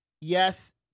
yes